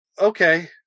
Okay